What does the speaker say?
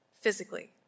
physically